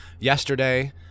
Yesterday